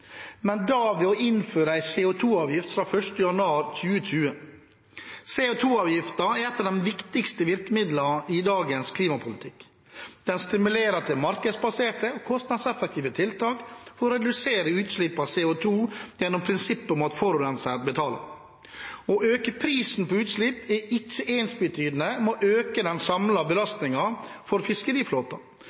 men da ved å innføre en CO 2 -avgift fra 1. januar 2020. CO 2 -avgiften er et av de viktigste virkemidlene i dagens klimapolitikk. Den stimulerer til markedsbaserte og kostnadseffektive tiltak for å redusere utslipp av CO 2 gjennom prinsippet om at forurenser betaler. Å øke prisen på utslipp er ikke ensbetydende med å øke den samlede belastningen for fiskeriflåten,